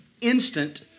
instant